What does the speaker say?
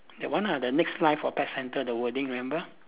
that one ah the next life for pet centre the wording remember